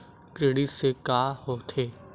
Credit से का होथे?